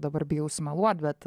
dabar bijau sumeluot bet